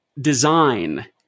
design